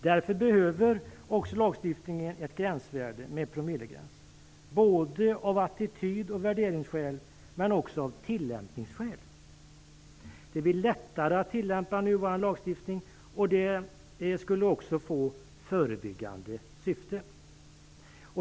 Därför behövs det i lagstiftningen också ett gränsvärde med promillegräns, av attitydskäl och värderingsskäl men också av tillämpningsskäl. Det blir lättare att tillämpa nuvarande lagstiftning, och det skulle också tjäna ett förebyggande syfte.